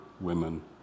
women